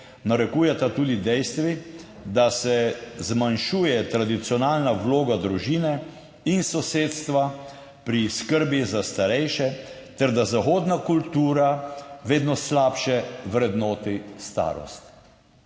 narekujeta tudi dejstvi, da se zmanjšuje tradicionalna vloga družine in sosedstva pri skrbi za starejše. Ter da zahodna kultura vedno slabše vrednoti starost.